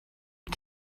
had